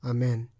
Amen